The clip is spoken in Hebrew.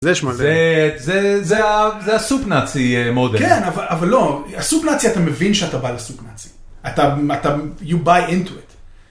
זה, זה, זה הסופנאצי מודל, כן, אבל לא, הסופנאצי אתה מבין שאתה בא לסופנאצי, אתה, אתה, you buy into it.